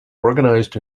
organized